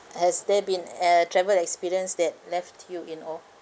has there been a travel experience that left you in awe